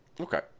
Okay